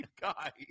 guy